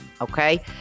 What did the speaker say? Okay